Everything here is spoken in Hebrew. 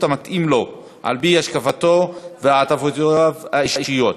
המתאים לו על-פי השקפתו והעדפותיו האישיות.